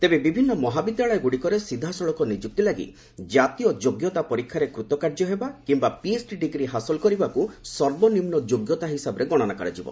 ତେବେ ବିଭିନ୍ନ ମହାବିଦ୍ୟାଳୟଗୁଡ଼ିକରେ ସିଧାସଳଖ ନିଯୁକ୍ତି ଲାଗି ଜାତୀୟ ଯୋଗ୍ୟତା ପରୀକ୍ଷାରେ କୃତ କାର୍ଯ୍ୟ ହେବା କିମ୍ବା ପିଏଚ୍ଡି ଡିଗ୍ରୀ ହାସଲ କରିବାକୁ ସର୍ବନିମ୍ନ ଯୋଗ୍ୟତା ହିସାବରେ ଗଣନା କରାଯିବ